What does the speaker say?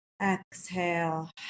Exhale